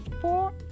four